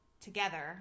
together